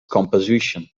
composition